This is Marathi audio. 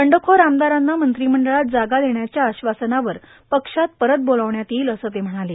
बंडखोर आमदारांना मंत्रीमंडळात जागा देष्याच्या आश्वासनावर पक्षात परत बोलावण्यात येईल असं ते म्हणाले